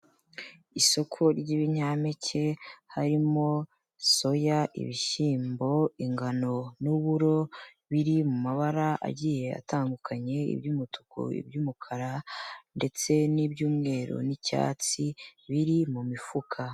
Isoko ry'ibinyampeke, harimo soya, ibishyimbo, ingano, n'uburo, biri mu mabara agiye atandukanye, iby'umutuku, iby'umukara, ndetse n'iby'umweru, n'icyatsi, biri mu mifuka.